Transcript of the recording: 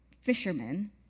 fishermen